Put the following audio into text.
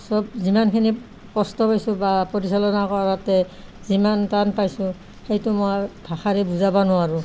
চব যিমানখিনি কষ্ট পাইছোঁ বা পৰিচালনা কৰাতে যিমান টান পাইছোঁ সেইটো মোৰ ভাষাৰে বুজাব নোৱাৰোঁ